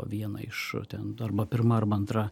viena iš ten arba pirma arba antra